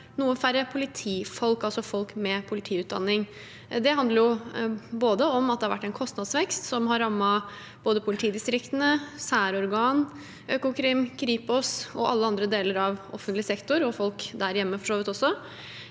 noen færre politifolk, altså folk med politiutdanning. Det handler om at det har vært en kostnadsvekst som har rammet både politidistriktene og særorganene, som Økokrim og Kripos, og alle andre deler av offentlig sektor, og for så vidt også